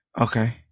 Okay